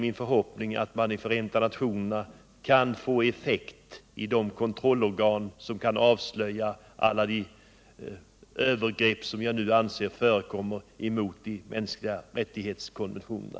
Min förhoppning är att Förenta nationerns kontrollorgan skall kunna avslöja alla de övergrepp som förekommer mot konventionerna om de mänskliga rättigheterna.